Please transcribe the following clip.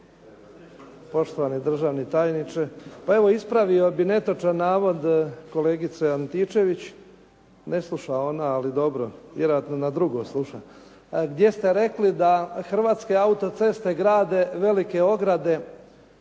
Poštovani državni tajniče.